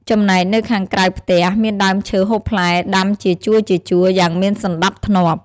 ចំណែកនៅខាងក្រៅផ្ទះ មានដើមឈើហូបផ្លែដាំជាជួរៗ យ៉ាងមានសណ្ដាប់ធ្នាប់។